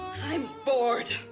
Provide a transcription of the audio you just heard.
i'm bored.